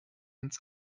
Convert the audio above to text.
ins